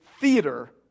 theater